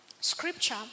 scripture